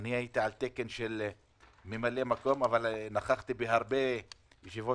הייתי על תקן ממלא מקום אבל נכחתי בהרבה ישיבות